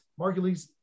Margulies